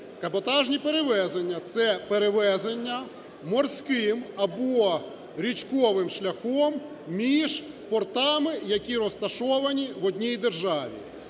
Каботажні перевезення – це перевезення морським або річковим шляхом між портами, які розташовані в одній державі.